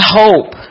hope